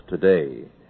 today